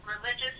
religious